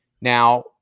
Now